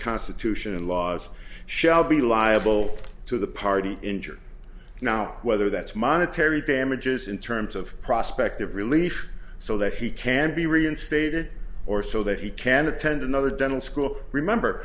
constitution and laws shall be liable to the party injured now whether that's monetary damages in terms of prospect of relief so that he can be reinstated or so that he can attend another dental school remember